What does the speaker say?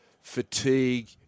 fatigue